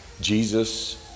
Jesus